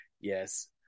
yes